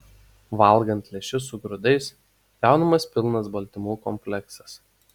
valgant lęšius su grūdais gaunamas pilnas baltymų kompleksas